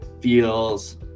feels